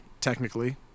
technically